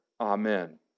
Amen